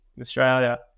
australia